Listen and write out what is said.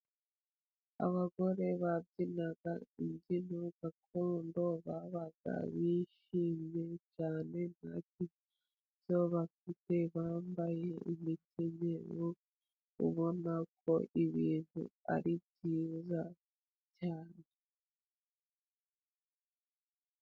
Abagore babyinaga imbyino gakondo, baba bishimye cyane, ntacyibazo bafite bambaye imikenyero ubona ko ibintu ari byiza cyane.